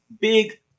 big